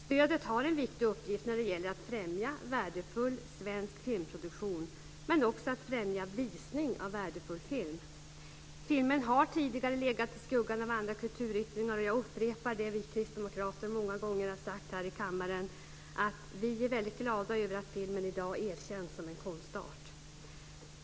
Stödet har en viktig uppgift när det gäller att främja värdefull svensk filmproduktion men också att främja visning av värdefull film. Filmen har tidigare legat i skuggan av andra kulturyttringar. Och jag upprepar det som vi kristdemokrater många gånger har sagt här i kammaren, att vi är väldigt glada över att filmen i dag erkänns som en konstart.